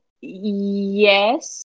yes